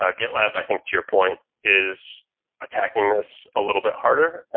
ah gitlab, i think to your point, is attacking this a little bit harder,